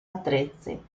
attrezzi